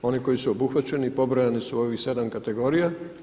Oni koji su obuhvaćeni pobrojani su u ovih 7 kategorija.